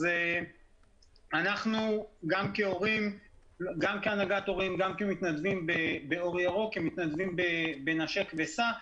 אנחנו גם כהנהגת הורים וגם כמתנדבים באור ירוק ובנשק וסע,